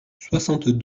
soixante